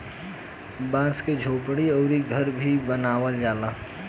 बांस से झोपड़ी अउरी घर भी बनावल जाला